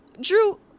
Drew